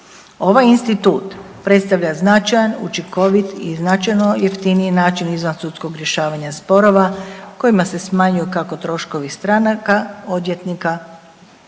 Ovaj institut predstavlja značajan, učinkovit i značajno jeftiniji način izvansudskog rješavanja sporova kojima se smanjuju, kako troškovi stranaka, odvjetnika,